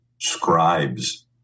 scribes